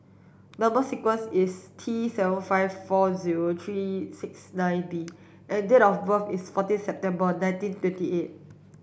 number sequence is T seven five four zero three six nine B and date of birth is fourteen September nineteen twenty eight